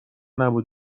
نبود